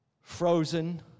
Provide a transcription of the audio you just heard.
frozen